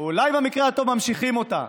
ואולי, במקרה הטוב, ממשיכים אותה.